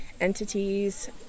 entities